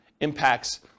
impacts